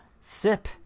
sip